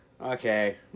okay